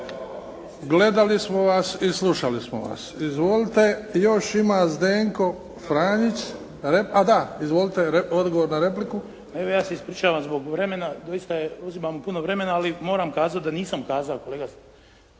Gledali smo vas i slušali smo vas. Izvolite, odgovor na repliku. **Bagarić, Ivan (HDZ)** Ma evo ja se ispričavam zbog vremena, što uzimam puno vremena, ali moram kazati da nisam kazao kolega